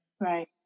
Right